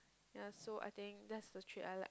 yea so I think there's the trait I like